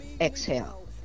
Exhale